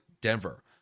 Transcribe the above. Denver